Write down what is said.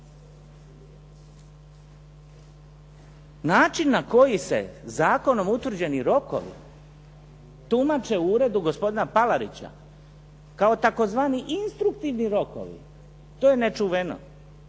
način na koji se zakonom utvrđeni rokovi tumače u uredu gospodina Palarića kao tzv. instruktivni rokovi to je nečuveno.